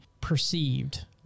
perceived